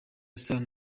sano